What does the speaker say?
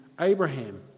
Abraham